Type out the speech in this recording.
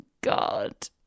God